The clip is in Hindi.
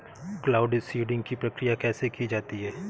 क्लाउड सीडिंग की प्रक्रिया कैसे की जाती है?